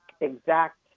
exact